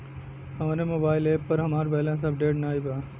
हमरे mobile app पर हमार बैलैंस अपडेट नाई बा